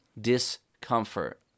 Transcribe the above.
discomfort